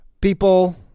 people